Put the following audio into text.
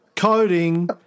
coding